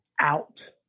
out